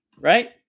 right